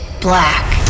black